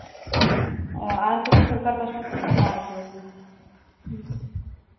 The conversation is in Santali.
ᱟᱨ ᱠᱚᱫᱚ ᱥᱚᱨᱠᱟᱨ ᱯᱟᱥᱴᱟ ᱥᱮᱫ ᱞᱟ ᱦᱚᱪᱚᱣ ᱠᱟᱫᱟ ᱦᱮᱸ